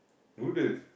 noodle